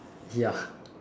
ya